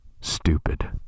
stupid